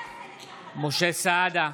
משה סעדה,